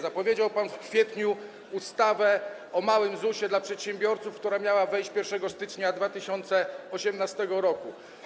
Zapowiedział pan w kwietniu ustawę o małym ZUS-ie dla przedsiębiorców, która miała wejść 1 stycznia 2018 r.